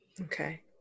Okay